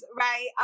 right